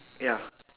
ya